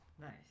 Nice